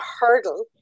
hurdle